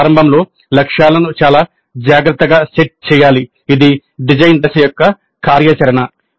మేము ప్రారంభంలో లక్ష్యాలను చాలా జాగ్రత్తగా సెట్ చేయాలి ఇది డిజైన్ దశ యొక్క కార్యాచరణ